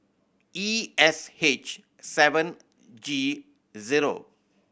E S H seven G zero